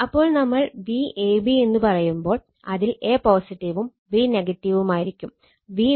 അപ്പോൾ നമ്മൾ Vab എന്ന് പറയുമ്പോൾ അതിൽ a പോസിറ്റീവും b നെഗറ്റീവുമായിരിക്കും